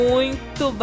Muito